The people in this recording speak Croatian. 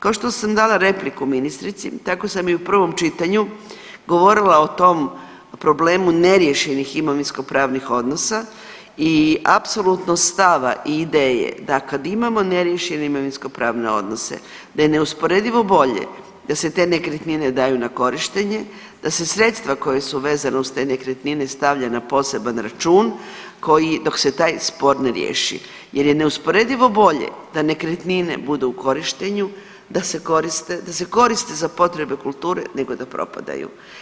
Kao što sam dala repliku ministrici tako sam i u prvom čitanju govorila o tom problemu neriješenih imovinskopravnih odnosa i apsolutno stava i ideje da kad imamo neriješene imovinskopravne odnose da je neusporedivo bolje da se te nekretnine daju na korištenje, da se sredstva koja su vezana uz te nekretnine stavlja na poseban račun koji dok se taj spor ne riješi jer je neusporedivo bolje da nekretnine budu u korištenju, da se koriste, da se koriste za potrebe kulture nego da propadaju.